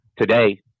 today